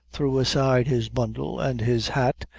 threw aside his bundle and his hat,